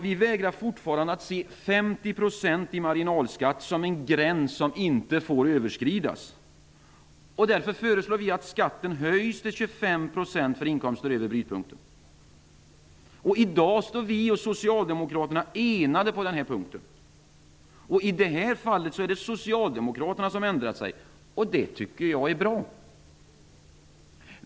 Vi vägrar fortfarande att se 50 % i marginalskatt som en gräns som inte får överskridas. Därför föreslår vi att skatten höjs till Vänsterpartiet och Socialdemokraterna enade på denna punkt. I det här fallet är det Socialdemokraterna som har ändrat sig. Det tycker jag är bra.